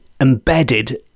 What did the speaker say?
embedded